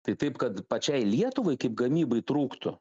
tai taip kad pačiai lietuvai kaip gamybai trūktų